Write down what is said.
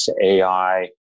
AI